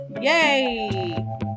Yay